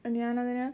ഞാനതിന്